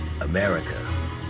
America